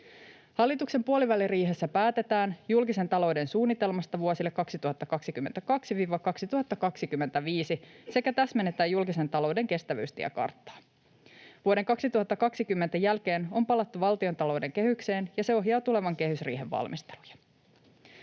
Hallituksen puoliväliriihessä päätetään julkisen talouden suunnitelmasta vuosille 2022—2025 sekä täsmennetään julkisen talouden kestävyystiekarttaa. Vuoden 2020 jälkeen on palattu valtiontalouden kehykseen, ja se ohjaa tulevan kehysriihen valmisteluja.